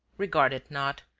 regard it not.